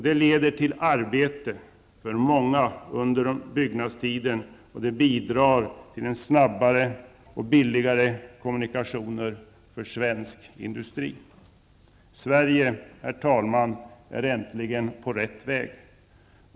Detta leder till arbete för många under byggnadstiden och bidrar till snabbare och billigare kommunikationer för svensk industri. Herr talman! Sverige är äntligen på rätt väg.